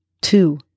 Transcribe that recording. two